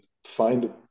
find